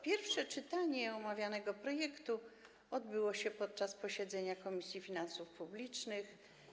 Pierwsze czytanie omawianego projektu odbyło się podczas posiedzenia Komisji Finansów Publicznych.